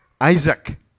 Isaac